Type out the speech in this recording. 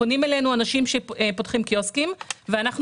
פונים אלינו אנשים שפותחים קיוסקים ואנחנו